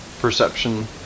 perception